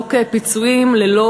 לפסוק פיצויים ללא